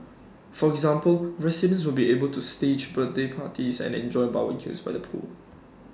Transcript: for example residents will be able to stage birthday parties and enjoy barbecues by the pool